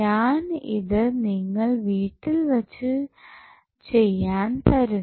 ഞാൻ ഇത് നിങ്ങൾ വീട്ടിൽ വെച്ചു ചെയ്യാൻ തരുന്നു